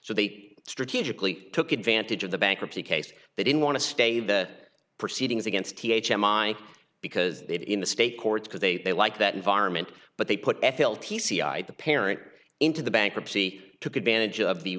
so they to strategically took advantage of the bankruptcy case they didn't want to stay the proceedings against him i because it in the state courts because they they like that environment but they put f l t c i the parent into the bankruptcy took advantage of the